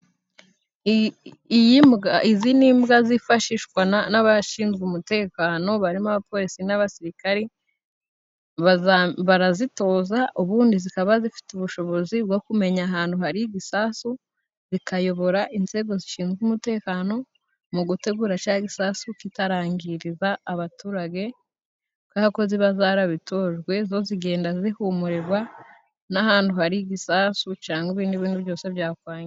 Iyi mbwa, izi ni imbwa zifashishwa n'abashinzwe umutekano barimo abapolisi n'abasirikari, bazamb...barazitoza ubundi zikaba zifite ubushobozi bwo kumenya ahantu hari ibisasu, bikayobora inzego zishinzwe umutekano mu gutegura ca gisasu, kitarangiriza abaturage kubera ko ziba zarabitojwe, zo zigenda zihumurirwa n'ahantu hari igisasu cangwe n'ibintu byose byakwangirika.